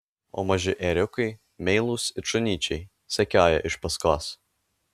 o maži ėriukai meilūs it šunyčiai sekioja iš paskos